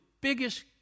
biggest